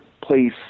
place